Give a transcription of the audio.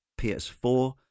ps4